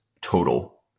total